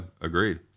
agreed